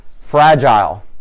Fragile